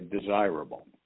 desirable